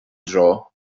dro